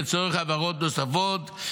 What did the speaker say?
לצורך הבהרות נוספות.